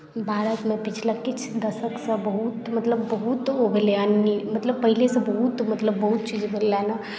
भारतमे पछिला किछु दशकसँ बहुत मतलब बहुत मतलब पहिनेसँ बहुत मतलब बहुत चीज बदललनि हेँ